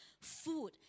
food